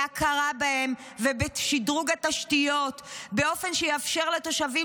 בהכרה בהם ובשדרוג התשתיות באופן שיאפשר לתושבים